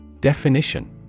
Definition